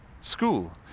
school